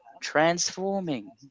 transforming